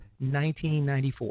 1994